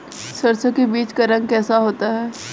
सरसों के बीज का रंग कैसा होता है?